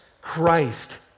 Christ